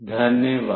धन्यवाद